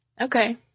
Okay